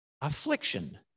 affliction